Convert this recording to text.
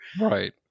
right